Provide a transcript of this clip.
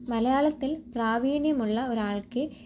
മലയാളത്തിൽ പ്രാവീണ്യമുള്ള ഒരാൾക്ക്